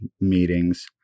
meetings